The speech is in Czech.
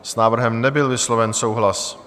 S návrhem nebyl vysloven souhlas.